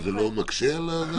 אבל זה לא מקשה על זה?